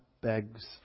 begs